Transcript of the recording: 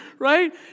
Right